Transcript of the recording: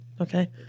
Okay